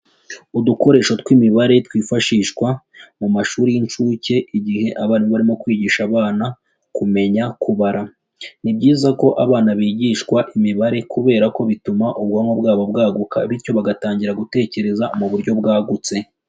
Udukoresho tw'imibare twifashishwa mu mashuri y'inshuke, igihe abarimu barimo kwigisha abana kumenya kubara. Ni byiza ko abana bigishwa imibare kubera ko bituma ubwonko bwabo bwaguka bityo bagatangira gutekereza mu buryo bwagutse.